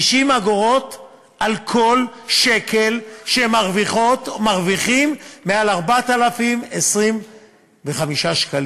על כל שקל שהן מרוויחות או הם מרוויחים מעל 4,025 שקלים.